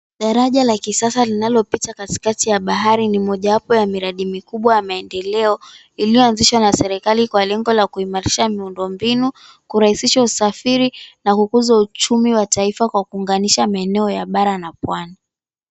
Daraja la kisasa linalopita katikati ya bahari ni mmojawapo ya miradi mikubwa ya maendeleo iliyoanzishwa na serikali kwa lengo la kuimarisha miundo mbinu, kurahisisha usafiri na na kukuza uchumi wa taifa kwa kuunganisha maeneo ya bara na pwani.